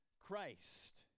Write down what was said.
Christ